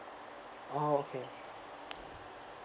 oh okay